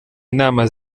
inama